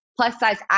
plus-size